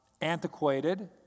antiquated